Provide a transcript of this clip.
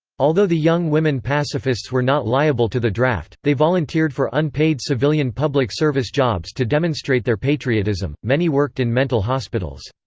although the young women pacifists were not liable to the draft, they volunteered for unpaid civilian public service jobs to demonstrate their patriotism many worked in mental hospitals.